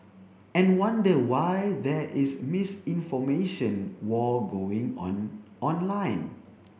and wonder why there is misinformation war going on online